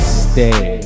stay